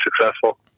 successful